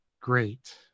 great